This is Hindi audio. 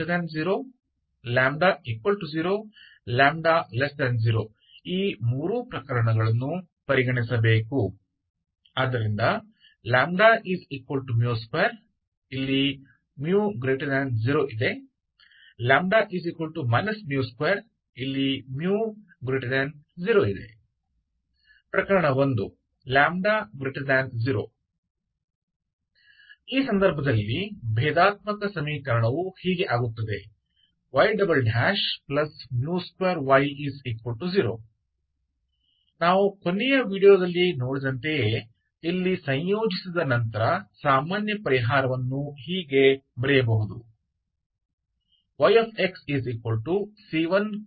इसलिए λ0 λ0 λ0 यह तीनों मामलों में जिन पर विचार किया जाना है इसलिए μ2 μ0 λ μ2 μ0 मामला 1 λ0 इस मामले में डिफरेंशियल इक्वेशन तो हो जाता है y 2y0 जैसे कि हमने पिछले वीडियो में देखा था कि इंटीग्रेट करने के बाद यह सामान्य समाधान है yxc1cos xc2sin μx जहां c1 c2 आर्बिट्रेरी कांस्टेंट है